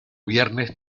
viernes